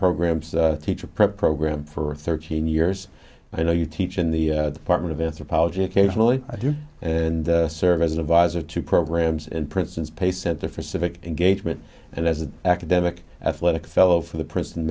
programs teacher prep program for thirteen years i know you teach in the department of earth apology occasionally i do and serve as an advisor to programs in princeton's play center for civic engagement and as an academic athletic fellow for the p